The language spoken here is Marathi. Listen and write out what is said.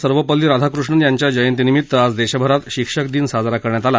सर्वपल्ली राधाकृष्णन यांच्या जयंतिनिमित्त आज देशभरात शिक्षक दिन साजरा करण्यात आला